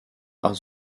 are